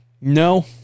No